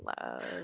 love